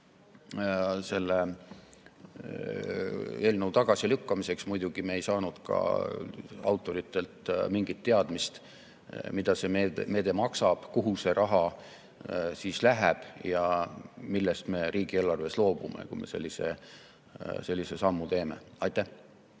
selle eelnõu tagasilükkamiseks. Muidugi me ei saanud ka autoritelt mingit teadmist, mida see meede maksaks, kuhu see raha läheks ja millest me riigieelarves loobuksime, kui me sellise sammu teeksime. Aitäh!